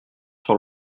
sur